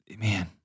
Man